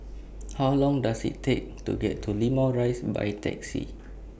How Long Does IT Take to get to Limau Rise By Taxi